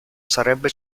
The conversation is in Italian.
sarebbe